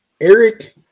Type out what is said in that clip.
eric